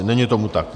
Není tomu tak.